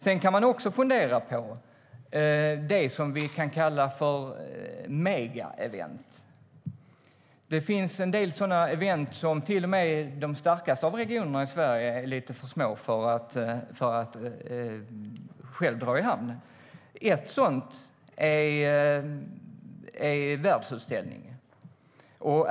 Man kan också fundera på det vi kan kalla för megaevent. Det finns en del sådana event som till och med de starkaste av regionerna i Sverige är lite för små för att själva dra i hamn. Ett sådant är världsutställningen.